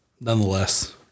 nonetheless